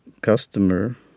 customer